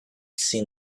seen